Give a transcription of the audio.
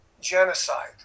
genocide